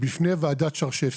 בפני ועדת שרשבסקי.